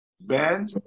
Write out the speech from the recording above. Ben